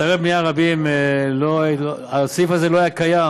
באתרי בנייה רבים הסעיף הזה לא היה קיים,